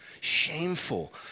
Shameful